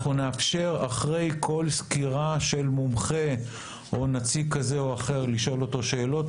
אנחנו נאפשר אחרי כל סקירה של מומחה או נציג כזה או אחר לשאול שאלות,